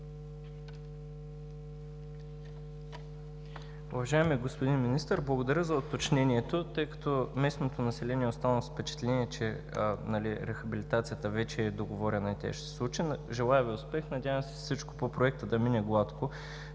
Уважаеми господин Министър, благодаря за уточнението, тъй като местното население е останало с впечатление, че рехабилитацията вече е договорена и тя ще се случи. Желая Ви успех! Надявам се всичко по проекта да мине гладко.